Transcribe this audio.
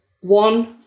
One